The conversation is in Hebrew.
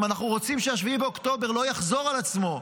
אם אנחנו רוצים ש-7 באוקטובר לא יחזור על עצמו,